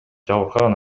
жабыркаган